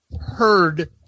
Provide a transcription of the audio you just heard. Heard